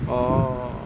orh